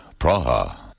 Praha